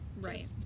right